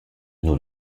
nous